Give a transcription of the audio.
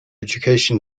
education